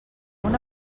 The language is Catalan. una